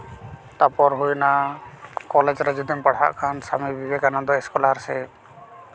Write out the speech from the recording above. ᱛᱟᱨᱯᱚᱨ ᱦᱩᱭᱱᱟ ᱠᱚᱞᱮᱡᱽ ᱨᱮ ᱡᱩᱫᱤᱢ ᱯᱟᱲᱦᱟᱜ ᱠᱷᱟᱱ ᱥᱟᱢᱤ ᱵᱤᱵᱮᱠᱟᱱᱚᱱᱫᱚ ᱮᱥᱠᱚᱞᱟᱨᱥᱤᱯ